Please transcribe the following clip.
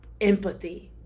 empathy